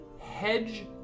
Hedge